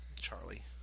Charlie